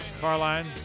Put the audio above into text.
Carline